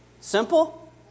Simple